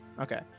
Okay